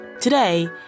Today